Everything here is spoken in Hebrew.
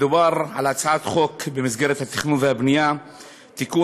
מדובר על הצעת חוק במסגרת התכנון והבנייה (תיקון,